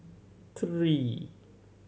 three